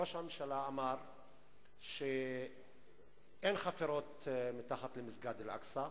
ראש הממשלה אמר שאין חפירות מתחת למסגד אל-אקצא.